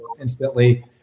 instantly